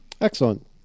excellent